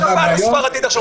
בשפעת הספרדית לפני 100 שנה,